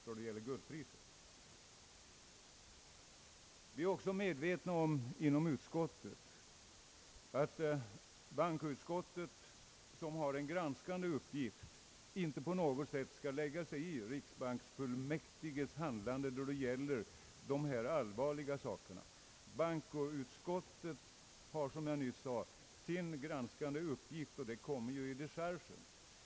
Vi är också medvetna om att bankoutskottet, som har en granskande uppgift, inte på något sätt skall lägga sig i riksbanksfullmäktiges handlande. Bankoutskottets granskande uppgift redovisas i dechargen.